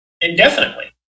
indefinitely